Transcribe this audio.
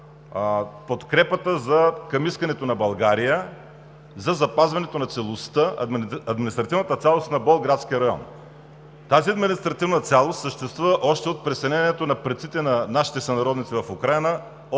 подкрепата към искането на България за запазването на административната цялост на Болградския район. Тази административна цялост съществува още от преселението на предците на нашите сънародници в Украйна